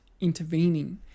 intervening